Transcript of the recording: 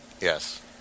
Yes